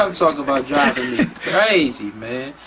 i'm talking about driving me crazy man.